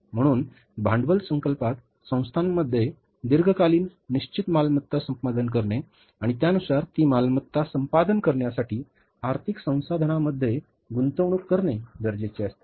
म्हणून भांडवल अर्थसंकल्पात संस्थांमध्ये दीर्घकालीन निश्चित मालमत्ता संपादन करणे आणि त्यानुसार ती मालमत्ता संपादन करण्यासाठी आर्थिक संसाधनांमध्ये गुंतवणूक करणे गरजेचे असते